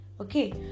okay